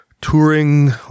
touring